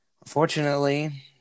unfortunately